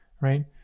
right